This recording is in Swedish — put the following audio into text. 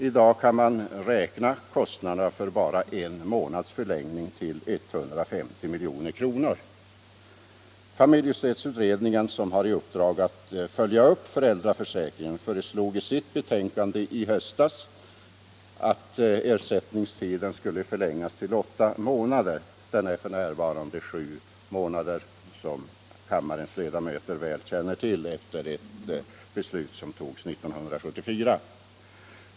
I dag kan man beräkna kostnaden för bara en månads förlängning till 150 milj.kr. Familjestödsutredningen, som har i uppdrag att följa upp föräldraförsäkringen, föreslog i sitt betänkande i höstas att ersättningstiden skulle förlängas till åtta månader; den är f. n. sju månader - som kammarens ledamöter väl känner till — efter ett beslut som fattades 1974.